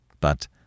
but